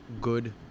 good